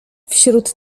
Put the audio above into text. wśród